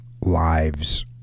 lives